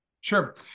Sure